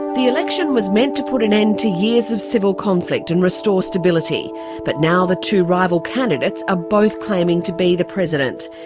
the election was meant to put an end to years of civil conflict and restore stability but now the two rival candidates are ah both claiming to be the president.